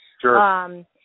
Sure